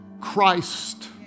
Christ